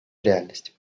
реальность